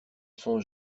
sont